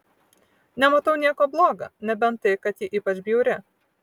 nematau nieko bloga nebent tai kad ji ypač bjauri